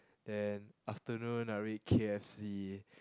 then afternoon I will eat K_F_C